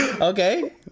Okay